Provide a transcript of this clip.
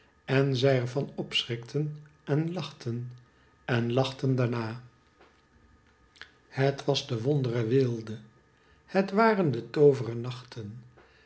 en zij er van opschrikten en lachten en lachten daarna het was de wondere weelde het waren de toovere nachten